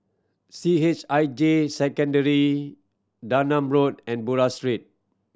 C H I J Secondary Darnam Road and Buroh Street